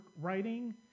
writing